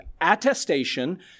attestation